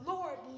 Lord